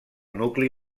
nucli